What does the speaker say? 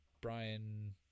Brian